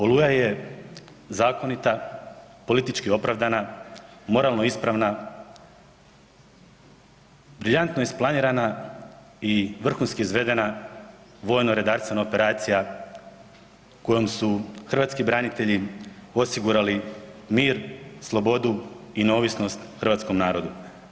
Oluja“ je zakonita, politički opravdana, moralno ispravna, briljantno isplanirana i vrhunski izvedena vojno-redarstvena operacija kojom su hrvatski branitelji osigurali mir, slobodu i neovisnost hrvatskom narodu.